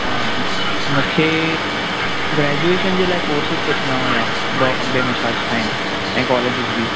हा मूंखे ग्रेजुएशन जे लाइ कोर्सेस पुछणा हुआ बॉम्बे में छा छा आहिनि ऐं कॉलेजेस बि